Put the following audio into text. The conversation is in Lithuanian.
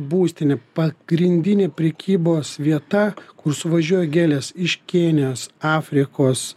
būstinė pagrindinė prekybos vieta kur suvažiuoja gėlės iš kinijos afrikos